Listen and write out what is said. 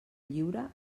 lliure